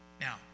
Now